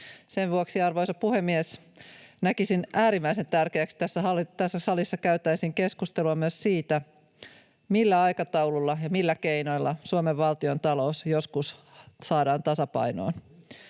Sen vuoksi, arvoisa puhemies, näkisin äärimmäisen tärkeäksi, että tässä salissa käytäisiin keskustelua myös siitä, millä aikataululla ja millä keinoilla Suomen valtiontalous joskus saadaan tasapainoon.